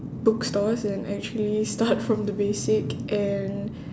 bookstores and actually start from the basic and